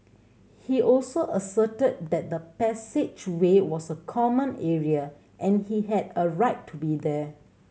he also asserted that the passageway was a common area and he had a right to be there